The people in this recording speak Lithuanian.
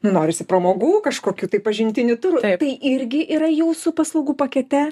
nu norisi pramogų kažkokių tai pažintinių turų tai irgi yra jūsų paslaugų pakete